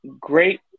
great